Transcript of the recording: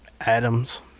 Atoms